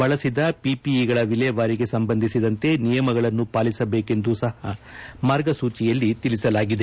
ಬಳಸಿದ ಪಿಪಿಇಗಳ ವಿಲೇವಾರಿಗೆ ಸಂಬಂಧಿಸಿದಂತೆ ನಿಯಮಗಳನ್ನು ಪಾಲಿಸಬೇಕೆಂದು ಸಹ ಮಾರ್ಗಸೂಚಿಯಲ್ಲಿ ತಿಳಿಸಲಾಗಿದೆ